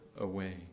away